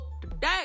today